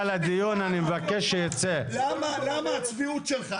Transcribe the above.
למה הצביעות שלך?